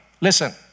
listen